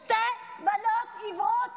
שתי בנות עיוורות